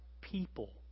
people